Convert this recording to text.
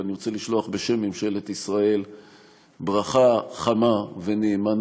אני רוצה לשלוח בשם ממשלת ישראל ברכה חמה ונאמנה